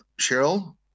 Cheryl